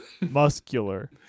muscular